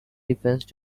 defense